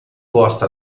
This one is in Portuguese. gosta